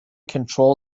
control